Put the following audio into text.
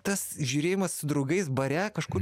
tas žiūrėjimas su draugais bare kažkur